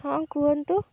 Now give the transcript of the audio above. ହଁ କୁହନ୍ତୁ